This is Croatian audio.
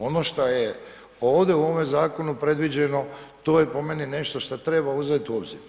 Ono što je ovdje u ovome zakonu predviđeno, to je po meni, nešto što treba uzeti u obzir.